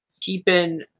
keeping